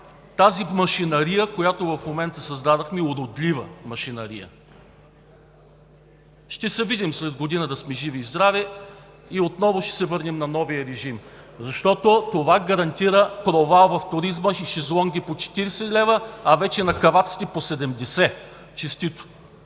тази машинария, която в момента създадохме – уродлива машинария. Ще се видим след година – да сме живи и здрави, и отново ще се върнем на новия режим, защото това гарантира провал в туризма и шезлонги по 40 лв., а вече на Каваците – по 70 лв.